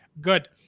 good